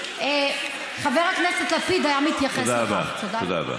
תודה רבה,